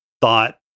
thought